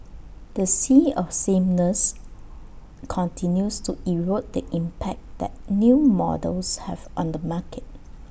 the sea of sameness continues to erode the impact that new models have on the market